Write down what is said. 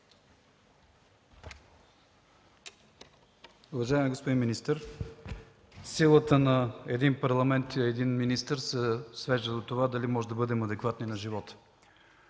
Уважаеми господин министър, силата на един парламент и на един министър се свежда до това можем ли да бъдем адекватни на живота.